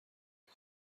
آیا